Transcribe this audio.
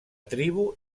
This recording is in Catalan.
tribu